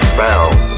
found